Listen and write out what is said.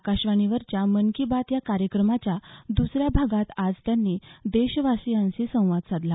आकाशवाणीवरच्या मन की बात या कार्यक्रमाच्या दुसऱ्या भागात आज त्यांनी देशवासीयांशी संवाद साधला